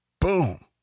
Boom